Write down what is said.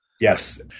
Yes